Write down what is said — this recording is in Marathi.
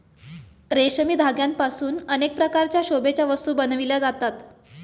रेशमी धाग्यांपासून अनेक प्रकारच्या शोभेच्या वस्तू बनविल्या जातात